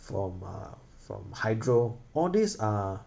from uh from hydro all these are